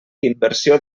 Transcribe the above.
inversió